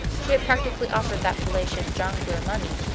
she had practically offered that fallacious jongleur money,